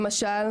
למשל: